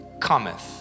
cometh